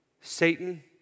Satan